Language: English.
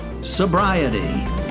Sobriety